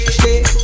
shake